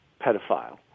pedophile